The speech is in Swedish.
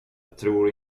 tror